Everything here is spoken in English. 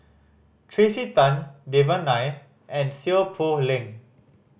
Tracey Tan Devan Nair and Seow Poh Leng